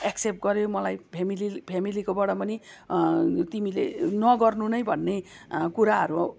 accept गऱ्यो मलाई family फ्यामेलीकोबाट पनि तिमीले नगर्नु नै भन्ने कुराहरू